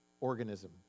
organism